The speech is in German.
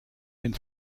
den